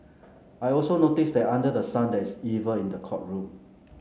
I also noticed that under the sun there is evil in the courtroom